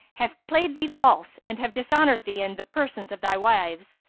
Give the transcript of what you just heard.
have played thee false and have dishonoured thee in the persons of thy wives.